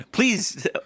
Please